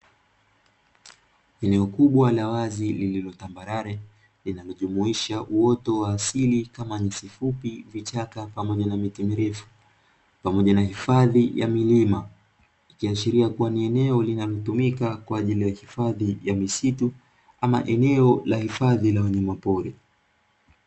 Eneo kubwa la wazi lililo tambarare, linalojumuisha uoto wa asili kama nyasi fupi, vichaka pamoja na miti mirefu, pamoja na hifadhi ya milima, ikiashiria kuwa ni eneo linalotumika kwa ajili ya hifadhi ya misitu ama eneo la hifadhi ya wanyama pori.